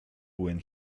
when